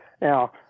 Now